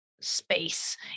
space